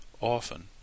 Often